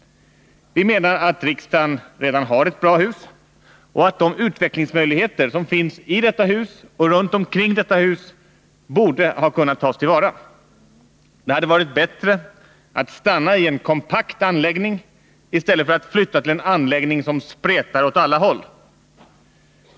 Vi menar att riksdagen redan har ett bra hus och att de utvecklingsmöjligheter som finns i detta hus och runt om kring detta hus borde ha kunnat tas till vara. Det hade varit bättre att stanna i en kompakt anläggning i stället för att flytta till en anläggning som spretar åt alla håll.